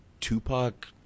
Tupac